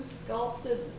sculpted